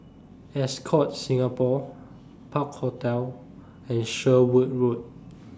Ascott Singapore Park Hotel and Sherwood Road